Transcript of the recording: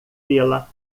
pela